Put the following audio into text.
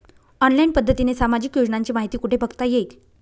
Online पद्धतीने सामाजिक योजनांची माहिती कुठे बघता येईल?